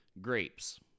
grapes